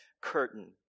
curtain